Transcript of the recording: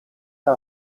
era